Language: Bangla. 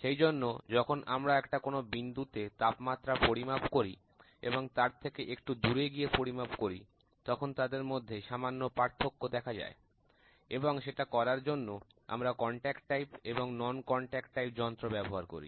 সেই জন্য যখন আমরা একটা কোন বিন্দুতে তাপমাত্রা পরিমাপ করি এবং তার থেকে একটু দূরে গিয়ে পরিমাপ করি তখন তাদের মধ্যে সামান্য পার্থক্য দেখা যায় এবং সেটা করার জন্য আমরা স্পর্শ ধরন এবং বিনা স্পর্শ ধরন যন্ত্র ব্যবহার করি